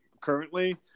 Currently